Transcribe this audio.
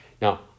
Now